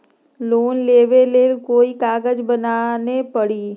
Loan लेबे ले कोई कागज बनाने परी?